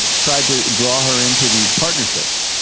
ah tried to draw her into these partnerships,